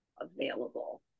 available